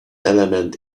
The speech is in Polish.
element